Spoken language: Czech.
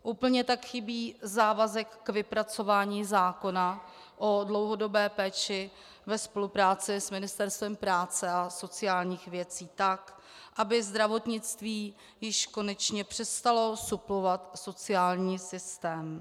Úplně tak chybí závazek k vypracování zákona o dlouhodobé péči ve spolupráci s Ministerstvem práce a sociálních věcí tak, aby zdravotnictví již konečně přestalo suplovat sociální systém.